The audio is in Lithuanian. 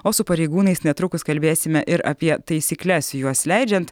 o su pareigūnais netrukus kalbėsime ir apie taisykles juos leidžiant